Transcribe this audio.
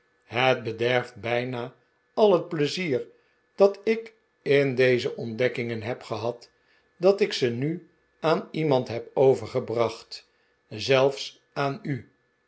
het bederft bijna al het pleizier dat ik in deze ontdekkingen heb gehad dat ik ze nu aan iemand heb overgebracht zelfs aan u